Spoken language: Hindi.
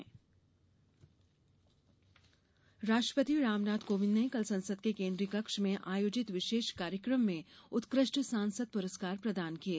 सांसद पुरस्कार राष्ट्रपति रामनाथ कोविंद ने कल संसद के केन्द्रीय कक्ष में आयोजित विशेष कार्यक्रम में उत्कृष्ट सांसद पुरस्कार प्रदान किये